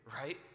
right